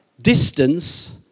distance